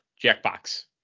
Jackbox